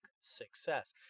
success